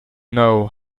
know